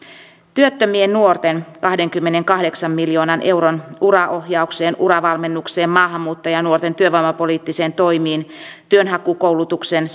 työttömien nuorten kahdenkymmenenkahdeksan miljoonan euron uraohjauksen uravalmennuksen maahanmuuttajanuorten työvoimapoliittisten toimien työnhakukoulutuksen